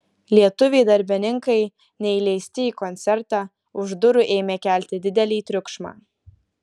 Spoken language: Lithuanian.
lietuviai darbininkai neįleisti į koncertą už durų ėmė kelti didelį triukšmą